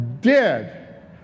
dead